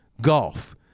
Golf